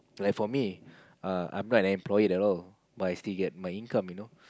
like for me err I'm not an employee at all but I still get my income you know